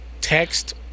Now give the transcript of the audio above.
text